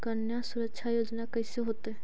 कन्या सुरक्षा योजना कैसे होतै?